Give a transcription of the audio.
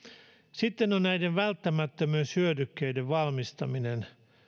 sitten on näiden välttämättömyyshyödykkeiden valmistaminen